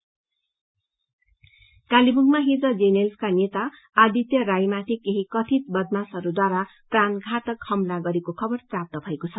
ऐटेक कालेवुङमा हिज जीएनएलए का नेता आदित्य राईमाथि केही कथित बदमाशहरूद्वारा प्राणधातक हमला गरेको खबर प्राप्त भएको छ